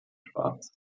schwarz